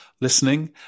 listening